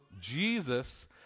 Jesus